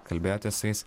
kalbėjote su jais